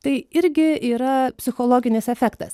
tai irgi yra psichologinis efektas